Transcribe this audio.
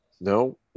No